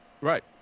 Right